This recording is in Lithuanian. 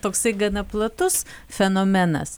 toksai gana platus fenomenas